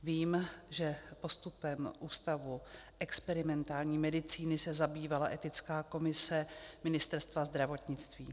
Vím, že postupem Ústavu experimentální medicíny se zabývala etická komise Ministerstva zdravotnictví.